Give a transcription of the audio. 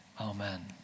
amen